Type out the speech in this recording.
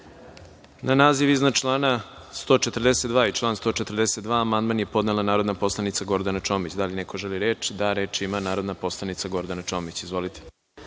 naziv iznad člana 142. i član 142. amandman je podnela narodna poslanica Gordana Čomić. Da li neko želi reč? (Da.)Reč ima narodna poslanica Gordana Čomić. Izvolite.